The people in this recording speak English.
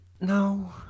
No